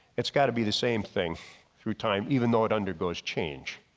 it's got to be the same thing through time even though it undergoes change.